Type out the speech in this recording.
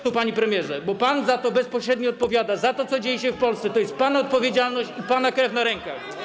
Tu, panie premierze, bo pan za to bezpośrednio odpowiada, za to, co dzieje się w Polsce, to jest pana odpowiedzialność i pana krew na rękach.